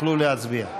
תוכלו להצביע.